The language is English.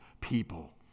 people